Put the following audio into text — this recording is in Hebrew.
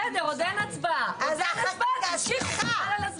בסדר, עוד אין הצבעה, אז תמשיכו, חבל על הזמן.